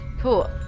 Cool